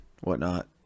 whatnot